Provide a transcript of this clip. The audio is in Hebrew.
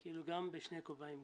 גם בשני כובעים,